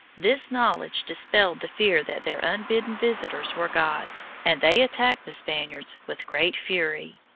this knowledge dispelled the fear that their unbidden visitors were gods, and they attacked the spaniards with great fury.